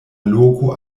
loko